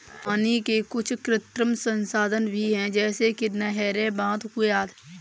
पानी के कुछ कृत्रिम संसाधन भी हैं जैसे कि नहरें, बांध, कुएं आदि